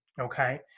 Okay